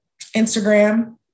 Instagram